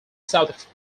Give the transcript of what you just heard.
south